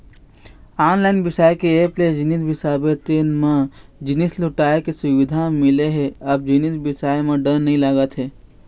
online बिसाए के app ले जिनिस बिसाबे तेन म जिनिस लहुटाय के सुबिधा मिले ले अब जिनिस बिसाए म डर नइ लागत हे